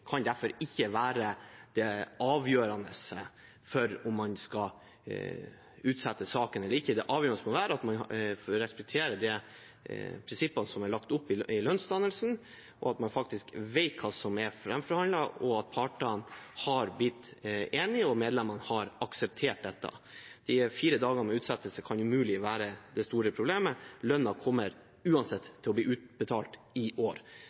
kan derfor ikke være det avgjørende for om man skal utsette saken eller ikke. Det avgjørende må være at man respekterer de prinsippene som det er lagt opp til i lønnsdannelsen, at man faktisk vet hva som er framforhandlet, og at partene har blitt enige og medlemmene har akseptert dette. Fire dagers utsettelse kan umulig være det store problemet. Lønnen kommer uansett til å bli utbetalt i år.